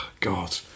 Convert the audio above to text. God